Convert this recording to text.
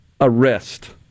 arrest